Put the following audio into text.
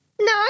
No